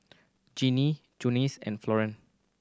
Jeannine Junius and Florene